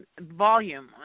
volume